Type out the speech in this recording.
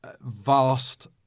vast